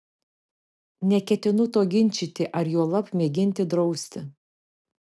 neketinu to ginčyti ar juolab mėginti drausti